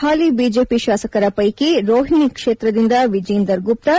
ಹಾಲಿ BJP ಶಾಸಕರ ಪ್ಲೆಕಿ ರೋಹಿಣಿ ಕ್ಷೇತ್ರದಿಂದ ವಿಜೀಂದರ್ ಗುಪ್ತಾ